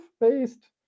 based